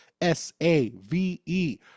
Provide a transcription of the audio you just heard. s-a-v-e